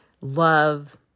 love